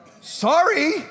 Sorry